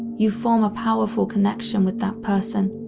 you form a powerful connection with that person,